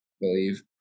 believe